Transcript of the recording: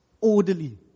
orderly